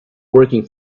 working